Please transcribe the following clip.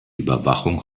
überwachung